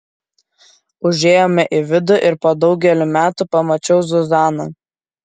užėjome į vidų ir po daugelio metų pamačiau zuzaną